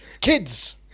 Kids